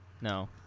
No